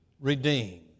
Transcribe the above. redeem